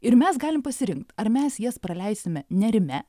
ir mes galim pasirinkt ar mes jas praleisim nerime